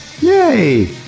Yay